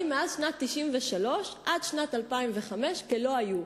מאז שנת 1993 ועד שנת 2005. נמחקו כלא היו.